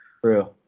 True